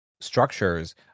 Structures